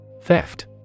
Theft